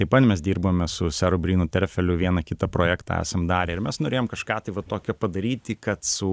taip pat mes dirbame su seru brynu terfeliu vieną kitą projektą esam darę ir mes norėjom kažką tai va tokio padaryti kad su